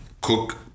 Cook